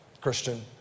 Christian